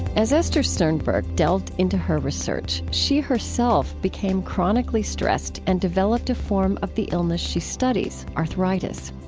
as esther sternberg delved into her research, she herself became chronically stressed and developed a form of the illness she studies, arthritis.